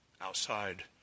outside